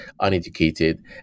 uneducated